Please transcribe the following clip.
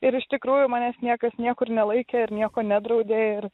ir iš tikrųjų manęs niekas niekur nelaikė ir nieko nedraudė ir